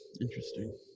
Interesting